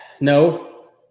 No